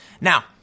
Now